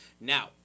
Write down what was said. Now